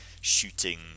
shooting